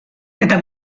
eta